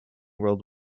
world